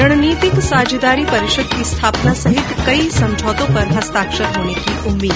रणनीतिक साझेदारी परिषद की स्थापना सहित कई समझौतों पर हस्ताक्षर होने की उम्मीद